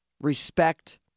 respect